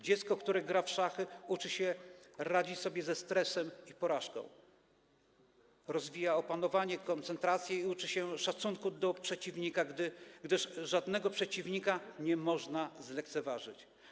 Dziecko, które gra w szachy, uczy się radzić sobie ze stresem i porażką, rozwija opanowanie, koncentrację i uczy się szacunku do przeciwnika, gdyż żadnego przeciwnika nie można zlekceważyć.